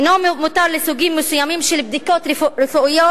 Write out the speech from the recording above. אינו מותר לסוגים מסוימים של בדיקות רפואיות,